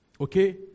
okay